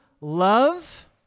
love